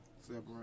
Separate